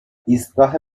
ایستگاه